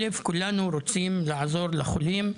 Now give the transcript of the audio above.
דבר ראשון, כולנו רוצים לעזור לחולים,